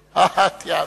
תיאמת.